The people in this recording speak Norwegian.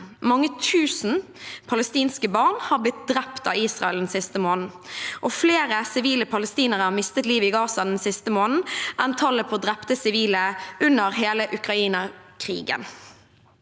Mange tusen palestinske barn har blitt drept av Israel den siste måneden, og flere sivile palestinere har mistet livet i Gaza den siste måneden enn tallet på drepte sivile under hele Ukraina-krigen.